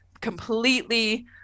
completely